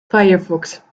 firefox